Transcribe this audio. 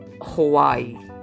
Hawaii